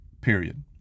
period